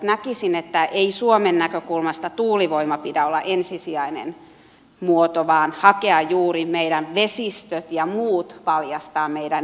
näkisin että ei suomen näkökulmasta tuulivoiman pidä olla ensisijainen muoto vaan hakea juuri meidän vesistöt ja muut valjastaa meidän energiatuotantoon